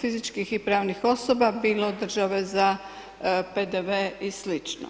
fizičkih i pravnih osoba, bilo države za PDV i sl.